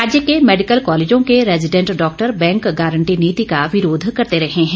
राज्य के मेडिकल कॉलेजों के रेजिडेंट डॉक्टर बैंक गारंटी नीति का विरोध करते रहे हैं